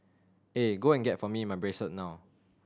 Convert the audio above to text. eh go and get for me my bracelet now